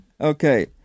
Okay